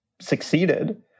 succeeded